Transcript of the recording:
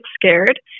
scared